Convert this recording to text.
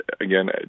again